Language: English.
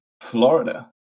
Florida